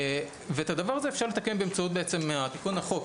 ואת הדבר הזה אפשר לתקן באמצעות התיקון לחוק.